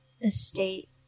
estate